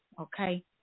okay